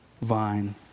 vine